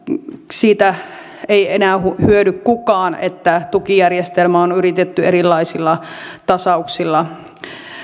siitä ei enää hyödy kukaan että tukijärjestelmää on yritetty erilaisilla tasauksilla